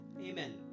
Amen